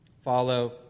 follow